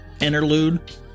interlude